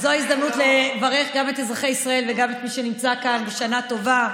וזאת ההזדמנות לברך גם את אזרחי ישראל וגם את מי שנמצא כאן בשנה טובה,